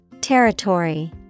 Territory